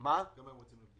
כמה הם רוצים?